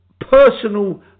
personal